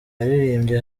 yaririmbye